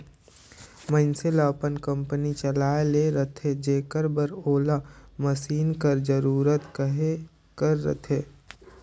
मइनसे ल अपन कंपनी ल चलाए ले रहथे जेकर बर ओला मसीन कर जरूरत कहे कर रहथे